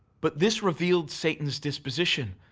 but this revealed satan's disposition.